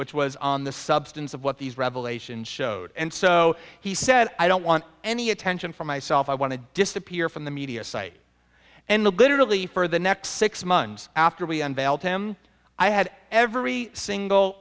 which was on the substance of what these revelations showed and so he said i don't want any attention from myself i want to disappear from the media site and literally for the next six months after we unveiled him i had every single